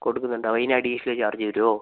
കൊടുക്കുന്നുണ്ട് അതിന് additional charge വരുമോ